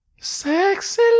Sexy